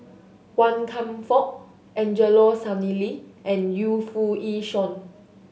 Wan Kam Fook Angelo Sanelli and Yu Foo Yee Shoon